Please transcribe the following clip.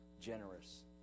generous